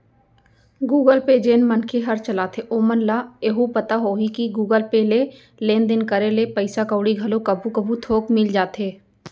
Google Pay जेन मनखे हर चलाथे ओमन ल एहू पता होही कि गुगल पे ले लेन देन करे ले पइसा कउड़ी घलो कभू कभू थोक मिल जाथे